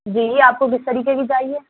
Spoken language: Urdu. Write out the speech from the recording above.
جی آپ کو کس طریقے کی چاہیے